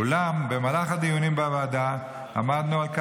אולם במהלך הדיונים בוועדה עמדנו על הרחבת